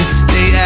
stay